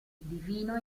divino